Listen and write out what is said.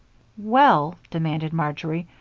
well, demanded marjory,